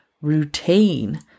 routine